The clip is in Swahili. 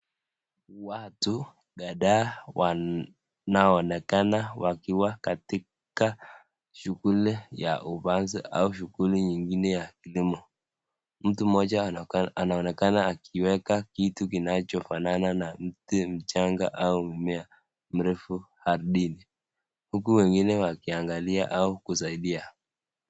Watu kadhaa wanaoonekana wakiwa katika shughuli ya upanzi au shughuli nyingine ya elimu ,mtu mmoja anaonekana akiweka kitu kinachofanana na mti mchanga au mmea mrefu ardhini huku wengine wakiangalia au kusaidia.